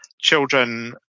Children